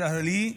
הצה"לי,